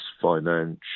financial